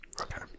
Okay